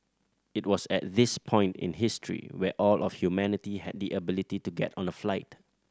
it was at this point in history where all of humanity had the ability to get on a flight